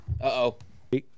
Uh-oh